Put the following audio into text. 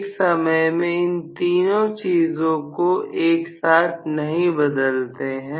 एक समय में इन तीनों चीजों को एक साथ नहीं बदलते हैं